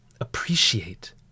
appreciate